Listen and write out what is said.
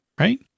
Right